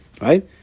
Right